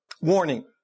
Warning